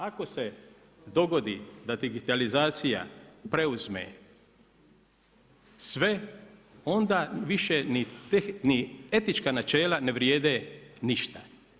Ako se dogodi da digitalizacija preuzme sve, onda više ni etička načela ne vrijede ništa.